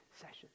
sessions